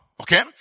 okay